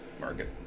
market